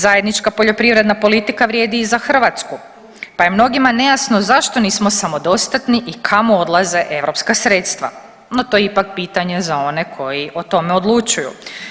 Zajednička poljoprivredna politika vrijedi i za Hrvatsku, pa je mnogima nejasno zašto nismo samodostatni i kamo odlaze europska sredstva, no to je ipak pitanje za one koji o tome odlučuju.